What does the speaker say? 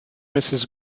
mrs